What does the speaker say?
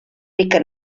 mica